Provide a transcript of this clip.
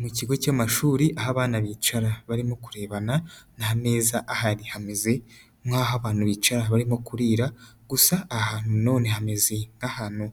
Mu kigo cy'amashuri aho abana bicara barimo kurebana n'ameza ahari hameze nk'aho abantu bicara barimo kurira, gusa ahantu none hameze nk'ahantu